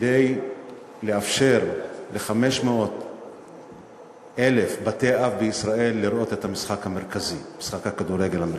כדי לאפשר ל-500,000 בתי-אב בישראל לראות את משחק הכדורגל המרכזי.